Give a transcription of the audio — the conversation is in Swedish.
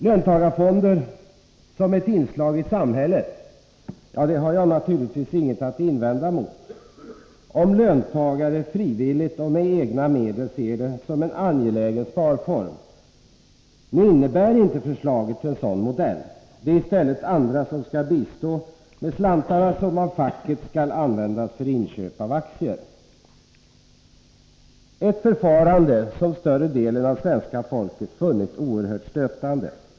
Löntagarfonder som ett inslag i samhället har jag naturligtvis inget att invända mot, om löntagare frivilligt och med egna medel ser det som en angelägen sparform. Nu innebär emellertid förslaget inte en sådan modell. Det är i stället andra som skall bistå med slantarna, som av facket skall användas för inköp av aktier. Detta är ett förfarande som stora delar av svenska folket funnit oerhört stötande.